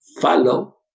follow